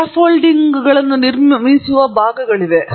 ಮತ್ತು ಸ್ಕ್ಯಾಫೋಲ್ಡಿಂಗ್ ಅನ್ನು ನಿರ್ಮಿಸುವ ಭಾಗಗಳಿವೆ